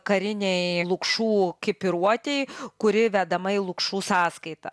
karinei lukšų kipiruotei kuri vedama į lukšų sąskaitą